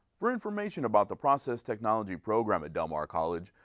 for information about the process technology program at del mar college,